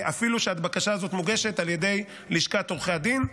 אפילו אם הבקשה הזאת מוגשת על ידי לשכת עורכי הדין.